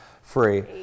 free